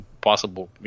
possible